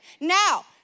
Now